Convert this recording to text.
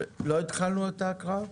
לא התחלנו את ההקראה?